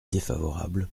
défavorable